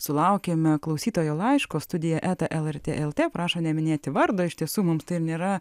sulaukėme klausytojo laiško studija lrt el t prašo neminėti vardo iš tiesų mums tai ir nėra